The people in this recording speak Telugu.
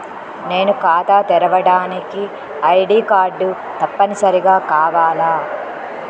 నేను ఖాతా తెరవడానికి ఐ.డీ కార్డు తప్పనిసారిగా కావాలా?